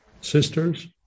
Sisters